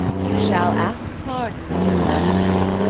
you shall ask pardon of his majesty.